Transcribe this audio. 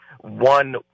one